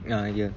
ya